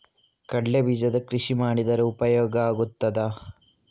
ಕಡ್ಲೆ ಬೀಜದ ಕೃಷಿ ಮಾಡಿದರೆ ಉಪಯೋಗ ಆಗುತ್ತದಾ?